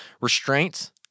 Restraints